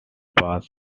past